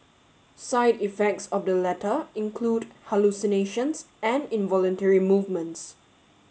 side effects of the latter include hallucinations and involuntary movements